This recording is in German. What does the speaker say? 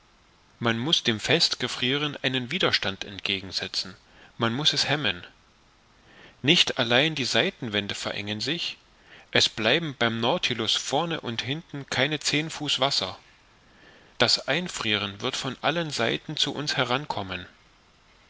man muß dem festgefrieren einen widerstand entgegen setzen man muß es hemmen nicht allein die seitenwände verengen sich es bleiben beim nautilus vorne und hinten keine zehn fuß wasser das einfrieren wird von allen seiten zu uns heran